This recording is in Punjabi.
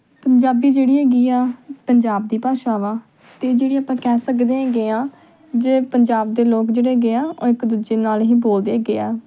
ਪੰਜਾਬੀ ਜਿਹੜੀ ਹੈਗੀ ਆ ਪੰਜਾਬ ਦੀ ਭਾਸ਼ਾ ਵਾ ਅਤੇ ਜਿਹੜੀ ਆਪਾਂ ਕਹਿ ਸਕਦੇ ਹੈਗੇ ਹਾਂ ਜੇ ਪੰਜਾਬ ਦੇ ਲੋਕ ਜਿਹੜੇ ਹੈਗੇ ਆ ਉਹ ਇੱਕ ਦੂਜੇ ਨਾਲ ਹੀ ਬੋਲਦੇ ਹੈਗੇ ਆ